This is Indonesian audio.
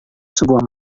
sebuah